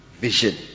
vision